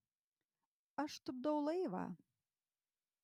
aš tupdau laivą